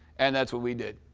and that's what we did.